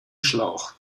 schlauch